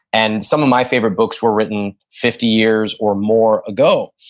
and some of my favorite books were written fifty years or more ago.